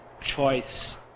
choice